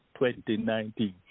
2019